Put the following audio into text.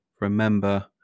remember